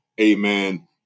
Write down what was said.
amen